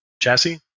chassis